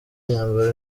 intambara